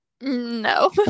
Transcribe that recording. No